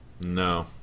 no